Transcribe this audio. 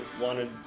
wanted